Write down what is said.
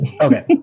Okay